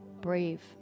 brave